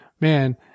man